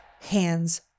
hands